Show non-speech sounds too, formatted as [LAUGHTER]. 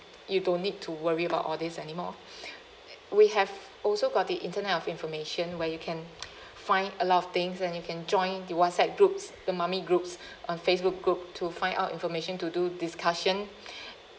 you don't need to worry about all these anymore [BREATH] we have also got the internet of information where you can [NOISE] find a lot of things and you can join the whatsapp group the mummy groups [BREATH] on facebook group to find out information to do discussion [BREATH]